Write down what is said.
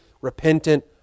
repentant